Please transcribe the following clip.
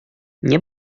nie